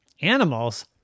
Animals